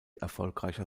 erfolgreicher